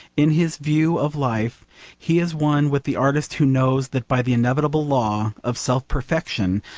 in his view of life he is one with the artist who knows that by the inevitable law of self-perfection,